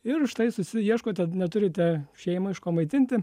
ir štai susiieškote neturite šeimą iš ko maitinti